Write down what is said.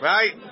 Right